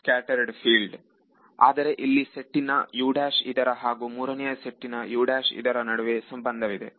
scattered field ಆದರೆ ಇಲ್ಲಿ ಸೆಟ್ಟಿನ U'ಇದರ ಹಾಗೂ ಮೂರನೆಯ ಸೆಟ್ಟಿನ U' ಇದರ ನಡುವೆ ಸಂಬಂಧವಿದೆ